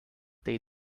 they